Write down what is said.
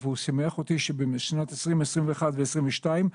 והוא שימח אותי כשאמר לי בשנת 2021 ו -2022,